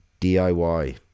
DIY